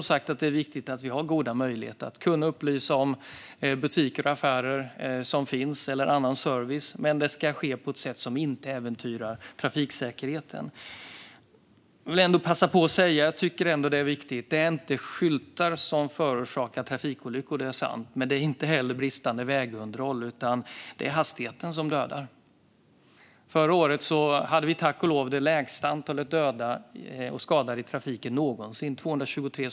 Det är viktigt att det finns goda möjligheter att upplysa om butiker och affärer eller annan service, men det ska ske på ett sätt som inte äventyrar trafiksäkerheten. Jag vill ändå passa på att säga - och det är viktigt - att det inte är skyltar som förorsakar trafikolyckor, inte heller bristande vägunderhåll, utan det är hastigheten som dödar. Förra året hade vi, tack och lov, det lägsta antalet döda och skadade i trafiken någonsin - 223.